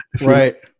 Right